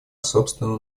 собственного